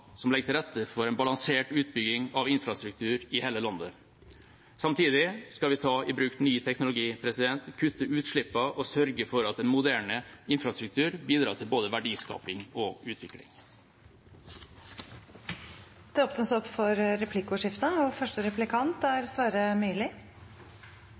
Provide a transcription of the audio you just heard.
som legger til rette for en balansert utbygging av infrastruktur i hele landet. Samtidig skal vi ta i bruk ny teknologi, kutte utslippene og sørge for at en moderne infrastruktur bidrar til både verdiskaping og utvikling. Det blir replikkordskifte. Komitélederen og